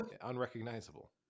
Unrecognizable